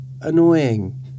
annoying